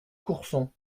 courson